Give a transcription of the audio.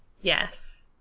Yes